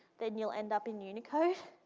then you'll end up in unicode.